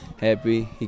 Happy